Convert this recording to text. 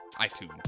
iTunes